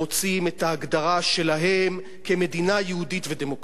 רוצים את ההגדרה שלהם כמדינה יהודית ודמוקרטית.